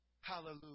Hallelujah